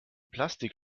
plastik